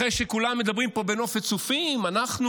אחרי שכולם מדברים פה בנופת צופים: אנחנו,